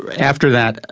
after that,